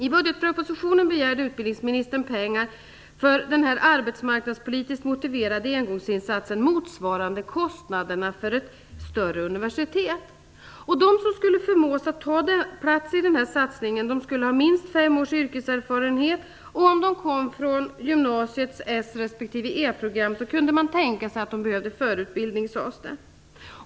I budgetpropositionen begärde utbildningsministern pengar för denna arbetsmarknadspolitiskt motiverade engångsinsats motsvarande kostnaderna för ett större universitet. De som skulle förmås att ta plats i denna satsning skulle ha minst fem års yrkeserfarenhet. Om de kom från gymnasiets S respektive E program kunde man tänka sig att de behövde förutbildning, sades det.